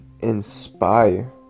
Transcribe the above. inspire